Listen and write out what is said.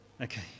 Okay